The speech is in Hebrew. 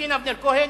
עורך-דין אבנר כהן,